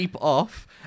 off